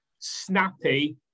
Snappy